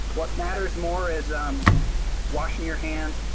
what matters more is um washing your hands,